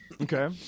Okay